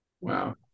wow